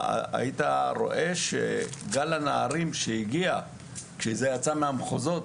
היית רואה שגל הנערים שהגיע כשזה יצא מהמחוזות